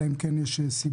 אלא אם כן יש סיבה.